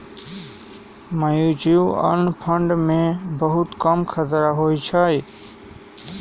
mutual fund मे बहुते कम खतरा होइ छइ